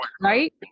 Right